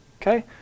Okay